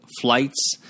flights